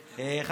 העניבה, אהבתי.